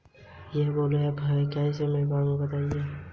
सिंचाई का सबसे सस्ता तरीका कौन सा है?